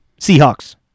Seahawks